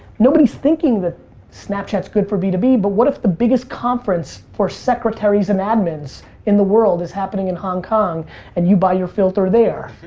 nobody's thinking that snapchat's good for b two b but what if the biggest conference for secretaries and admins in the world is happening in hong kong and you buy your filter there?